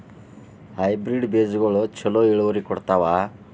Hybrid ಬೇಜಗೊಳು ಛಲೋ ಇಳುವರಿ ಕೊಡ್ತಾವ?